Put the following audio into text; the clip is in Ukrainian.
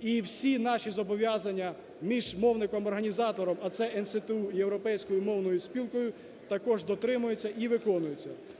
І всі наші зобов'язання між мовником-організатором, а це НСТУ і Європейською мовною спілкою також дотримуються і виконуються.